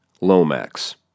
Lomax